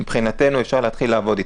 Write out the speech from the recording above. מבחינתנו אפשר להתחיל לעבוד איתם.